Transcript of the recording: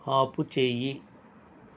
ఆపు చేయి